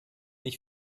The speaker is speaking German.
ich